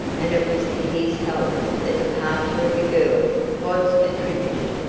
and it was to his help that the departure of the girl was attributed.